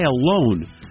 alone